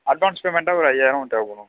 advance பேமெண்ட்டாக ஒரு ஐயாயிரம் தேவைப்படும்